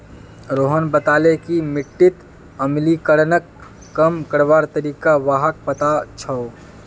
रोहन बताले कि मिट्टीत अम्लीकरणक कम करवार तरीका व्हाक पता छअ